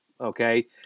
okay